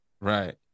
Right